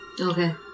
Okay